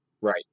Right